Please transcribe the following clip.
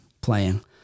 playing